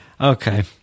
Okay